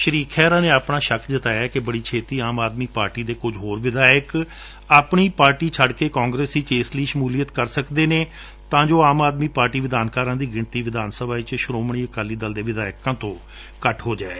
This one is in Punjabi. ਸ਼ੀ ਖੇਹਰਾ ਨੇ ਆਪਣਾ ਸ਼ੱਕ ਜਤਾਇਐ ਕਿ ਬੜੀ ਛੇਤੀ ਆਮ ਆਦਮੀ ਪਾਰਟੀ ਦੇ ਕੁਝ ਹੋਰ ਵਿਧਾਇਕ ਆਪਣੀ ਪਾਰਟੀ ਛੱਡ ਕੇ ਕਾਂਗਰਸ ਵਿੱਚ ਇਸ ਲਈ ਸ਼ਮੁਲੀਅਤ ਕਰ ਸਕਦੇ ਨੇ ਤਾਂ ਜੋ ਆਮ ਆਦਮੀ ਪਾਰਟੀ ਵਿਧਾਨਕਾਰਾਂ ਦੀ ਗਿਣਤੀ ਵਿਧਾਨਸਭਾ ਵਿੱਚ ਸ਼ਰੋਮਣੀ ਅਕਾਲੀ ਦਲ ਦੇ ਵਿਧਾਇਕਾਂ ਤੋਂ ਘਟ ਹੋ ਜਾਵੇ